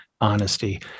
Honesty